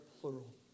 plural